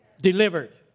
delivered